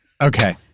Okay